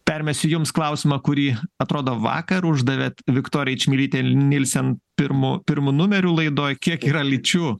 permesiu jums klausimą kurį atrodo vakar uždavėt viktorijai čmilytei nielsen pirmu pirmu numeriu laidoj kiek yra lyčių